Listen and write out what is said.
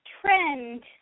trend